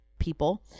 people